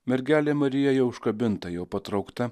mergelė marija jau užkabinta jau patraukta